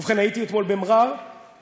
ובכן, הייתי אתמול במע'אר ובחורפיש,